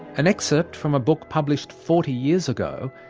an excerpt from a book published forty years ago,